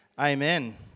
amen